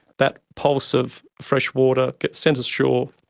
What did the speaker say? that pulse of fresh water gets sent ashore,